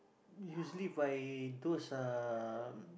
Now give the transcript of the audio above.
usually by those uh